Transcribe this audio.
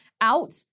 out